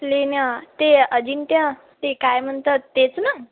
लेण्या ते अंजिक्य ते काय म्हणतात तेच ना